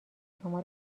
شما